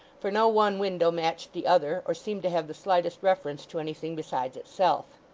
for no one window matched the other, or seemed to have the slightest reference to anything besides itself.